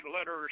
letters